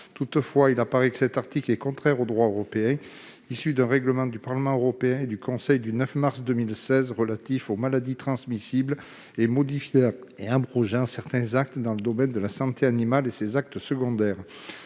Toutefois, il apparaît que cet article est contraire au droit européen issu d'un règlement du Parlement européen et du Conseil du 9 mars 2016 relatif aux maladies transmissibles et modifiant et abrogeant certains actes dans le domaine de la santé animale et ses actes secondaires.